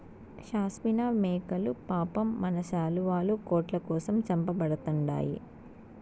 షాస్మినా మేకలు పాపం మన శాలువాలు, కోట్ల కోసం చంపబడతండాయి